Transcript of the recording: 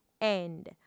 end